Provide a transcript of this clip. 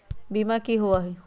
बीमा की होअ हई?